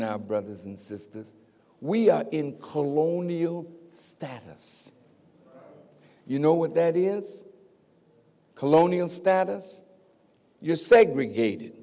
our brothers and sisters we are in colonial status you know what that is colonial status you segregated